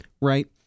right